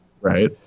Right